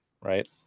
right